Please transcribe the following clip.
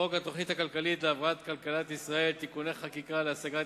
חוק התוכנית הכלכלית להבראת כלכלת ישראל (תיקוני חקיקה להשגת